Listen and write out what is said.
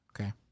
Okay